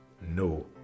no